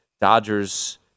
Dodgers